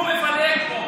והוא מפלג פה.